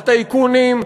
הטייקונים,